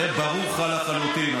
הרי ברור לך לחלוטין,